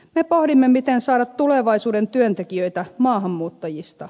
me pohdimme miten saada tulevaisuuden työntekijöitä maahanmuuttajista